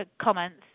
comments